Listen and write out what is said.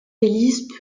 hélice